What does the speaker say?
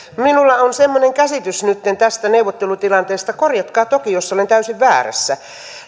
minulla on semmoinen käsitys nytten tästä neuvottelutilanteesta korjatkaa toki jos olen täysin väärässä